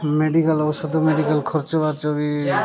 medical ଔଷଧ medical ଖର୍ଚ୍ଚବାଚ ବି